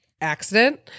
accident